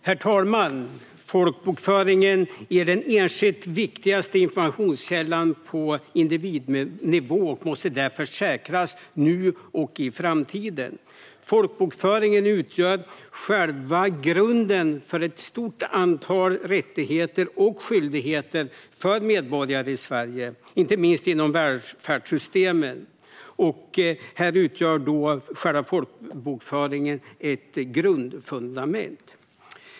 Herr talman! Folkbokföringen är den enskilt viktigaste informationskällan på individnivå och måste därför säkras nu och i framtiden. Folkbokföringen utgör själva grunden för ett stort antal rättigheter och skyldigheter för medborgare i Sverige. Inte minst inom välfärdssystemen utgör folkbokföringen ett grundfundament.